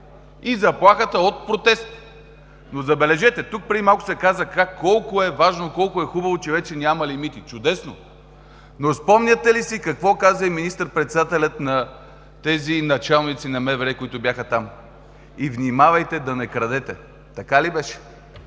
и заплахата от протест. Забележете, тук преди малко се каза колко е важно, колко е хубаво, че вече няма лимити – чудесно. Но спомняте ли си какво каза и министър-председателят на тези началници на МВР, които бяха там: „И внимавайте да не крадете“. Така ли беше?